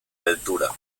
altura